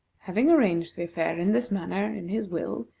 having arranged the affair in this manner in his will,